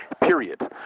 Period